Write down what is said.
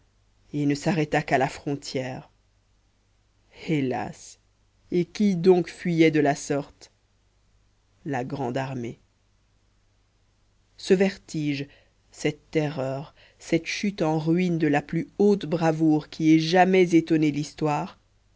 et ne s'arrêta qu'à la frontière hélas et qui donc fuyait de la sorte la grande armée ce vertige cette terreur cette chute en ruine de la plus haute bravoure qui ait jamais étonné l'histoire